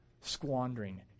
squandering